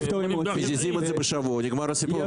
מזיזים את זה בשבוע נגמר הסיפור.